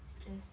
stress